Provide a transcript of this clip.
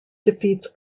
defeats